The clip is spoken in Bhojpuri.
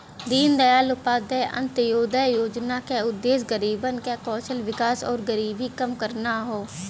दीनदयाल उपाध्याय अंत्योदय योजना क उद्देश्य गरीबन क कौशल विकास आउर गरीबी कम करना हौ